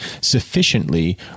sufficiently